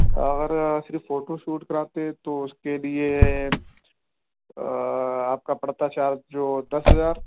اگر صرف photo shoot کراتے ہیں تو اس کے لیے آپ کا پڑتا چارج جو دس ہزار